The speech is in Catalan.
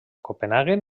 copenhaguen